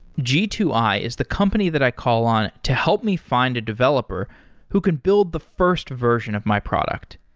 g two i is the company that i call on to help me find a developer who can build the first version of my product.